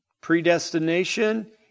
predestination